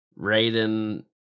raiden